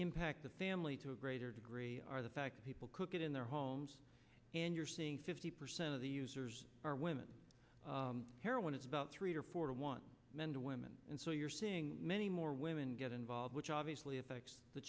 impact the family to a greater degree are the fact people cook in their homes and you're seeing fifty percent of the users are women heroin is about three or four to one men to women and so you're seeing many more women get involved which obviously affects the